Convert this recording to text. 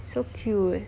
so cute